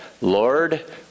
Lord